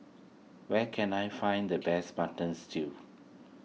where can I find the best Button Stew